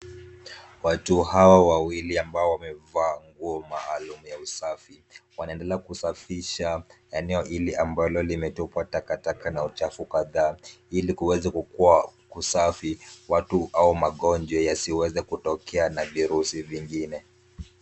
Watu hawa wawili ambao wamevaa nguo maalum ya usafi wanaendelea kusafisha eneo ili ambalo limetupwa takataka na uchafu kadhaa, ili kuweza kukusafi watu au magonjwa yasiweze kutokea na virusi vingine.